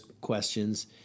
questions